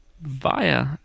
via